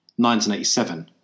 1987